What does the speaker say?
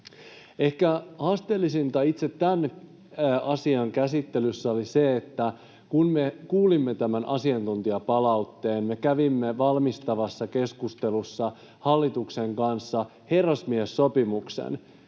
Ehkä haasteellisinta itse tämän asian käsittelyssä oli se, että kun me kuulimme tämän asiantuntijapalautteen, me teimme valmistavassa keskustelussa hallituksen kanssa herrasmiessopimuksen,